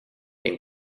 and